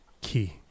key